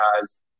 guys